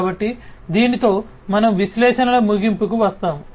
కాబట్టి దీనితో మనం విశ్లేషణల ముగింపుకు వస్తాము